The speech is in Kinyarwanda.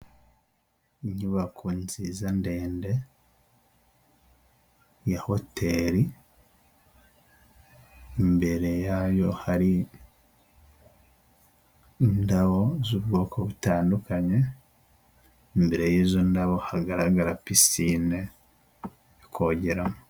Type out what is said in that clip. Inyubako nziza ndende ya hoteli, imbere yayo hari indabo z'ubwoko butandukanye. Imbere yizo ndabo hagaragara pisine yokongeramo.